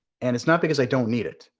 and it's not because i don't need it.